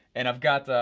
and i've got